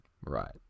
right